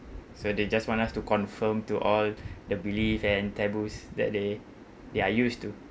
so they just want us to conform to all the belief and taboos that day they are used to